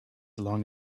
long